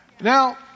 Now